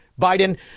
Biden